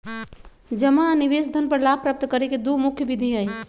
जमा आ निवेश धन पर लाभ प्राप्त करे के दु मुख्य विधि हइ